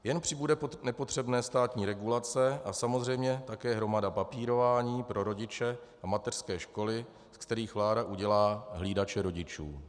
Jen přibude nepotřebné státní regulace a samozřejmě také hromada papírování pro rodiče a mateřské školy, ze kterých vláda udělá hlídače rodičů.